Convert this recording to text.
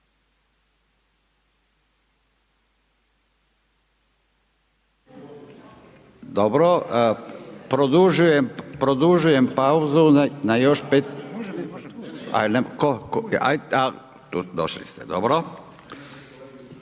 Dobro, produžujem pauzu na još 5